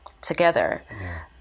together